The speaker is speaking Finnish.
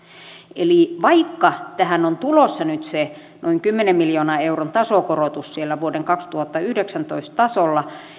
eli vaikka tähän on tulossa nyt se noin kymmenen miljoonan euron tasokorotus siellä vuoden kaksituhattayhdeksäntoista tasolla